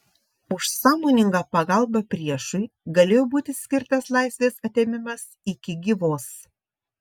už sąmoningą pagalbą priešui galėjo būti skirtas laisvės atėmimas iki gyvos